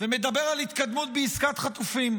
ומדבר על התקדמות בעסקת חטופים,